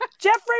Jeffrey